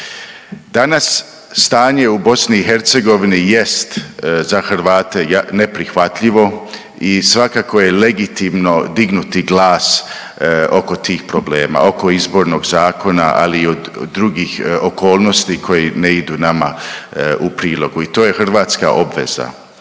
Danas stanje u BiH jest za Hrvate neprihvatljivo i svakako je legitimno dignuti glas oko tih problema. Oko izbornih zakona ali i drugih okolnosti koji ne idu nama u prilogu, to je hrvatska obveza.